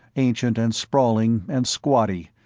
ancient and sprawling and squatty,